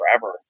forever